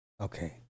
Okay